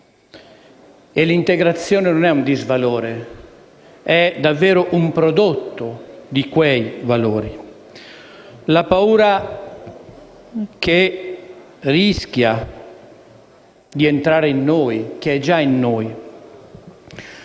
e l'integrazione non è un disvalore, è davvero un prodotto di quei valori. La paura che rischia di entrare in noi, che è già in noi,